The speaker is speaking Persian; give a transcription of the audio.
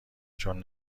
چون